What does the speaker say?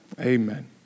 Amen